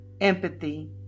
empathy